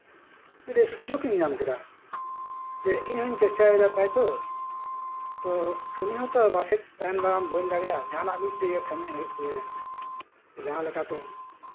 ᱢᱤᱫᱴᱮᱡ ᱥᱩᱡᱩᱜ ᱤᱧ ᱧᱟᱢ ᱠᱮᱫᱟ ᱡᱮ ᱤᱧ ᱦᱚᱧ ᱪᱮᱥᱴᱟ ᱭᱟᱛᱳ ᱠᱟᱹᱢᱤ ᱦᱚᱛᱚ ᱯᱟᱥᱮᱡ ᱛᱟᱭᱚᱢ ᱫᱟᱨᱟᱢ ᱵᱟᱹᱧ ᱫᱟᱲᱮᱭᱟᱜ ᱡᱟᱸᱦᱟᱱᱟᱝ ᱜᱮ ᱤᱧ ᱛᱮᱜᱮ ᱠᱟᱹᱢᱤ ᱦᱩᱭᱩᱜ ᱛᱤᱧᱟ ᱡᱟᱸᱦᱟ ᱞᱮᱠᱟᱛᱮ